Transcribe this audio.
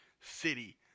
city